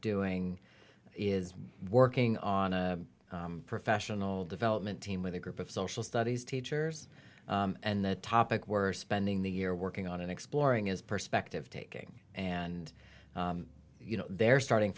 doing is working on a professional development team with a group of social studies teachers and the topic we're spending the year working on and exploring is perspective taking and you know they're starting